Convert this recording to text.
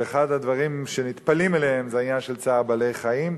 ואחד הדברים שנטפלים אליהם זה העניין של צער בעלי-חיים.